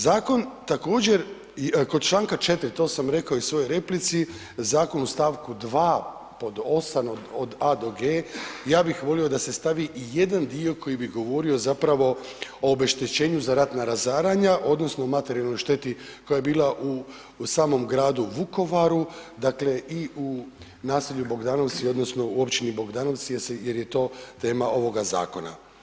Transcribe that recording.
Zakon također kod čl. 4., to sam rekao i u svojoj replici, zakon u st. 2. pod 8. od a) do g), ja bih volio da se stavi i jedan dio koji bi govorio zapravo o obeštećenju za ratna razaranja odnosno o materijalnoj šteti koja je bila u samom gradu Vukovaru, dakle i u naselju Bogdanovci odnosno u općini Bogdanovci jer se, jer je to tema ovoga zakona.